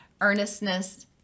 earnestness